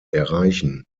erreichen